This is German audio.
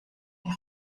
die